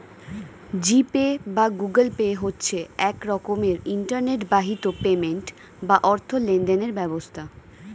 জি Pay বা Google Pay হচ্ছে এক রকমের ইন্টারনেট বাহিত পেমেন্ট বা অর্থ লেনদেনের ব্যবস্থা